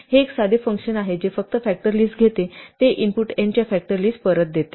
हे एक साधे फंक्शन आहे जे फक्त फॅक्टर लिस्ट घेते ते इनपुट n च्या फॅक्टर लिस्ट परत देते